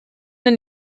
den